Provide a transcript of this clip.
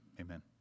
Amen